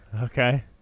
Okay